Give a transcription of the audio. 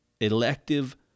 Elective